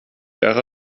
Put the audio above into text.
ära